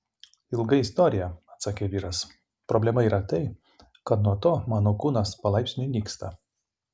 ilga istorija atsakė vyras problema yra tai kad nuo to mano kūnas palaipsniui nyksta